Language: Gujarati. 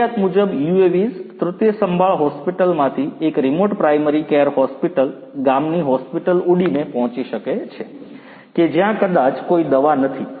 જરૂરિયાત મુજબ UAVs તૃતીય સંભાળ હોસ્પિટલમાંથી એક રિમોટ પ્રાઇમરી કેર હોસ્પિટલ ગામની હોસ્પિટલ ઉડીને પહોચી શકે છે કે જ્યાં કદાચ કોઈ દવા નથી